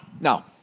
No